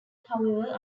however